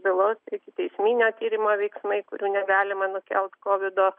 bylos ikiteisminio tyrimo veiksmai kurių negalima nukelt kovido